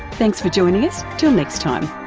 thanks for joining us, till next time